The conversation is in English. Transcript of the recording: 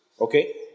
Okay